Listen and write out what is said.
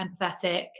empathetic